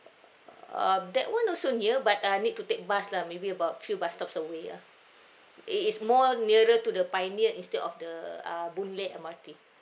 um that one also near but uh need to take bus lah maybe about a few bus stops away ah it is more nearer to the pioneer instead of the uh boon lay M_R_T